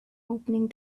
opening